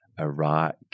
Iraq